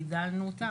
בידלנו אותה.